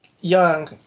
young